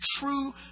true